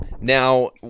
Now